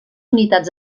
unitats